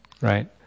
right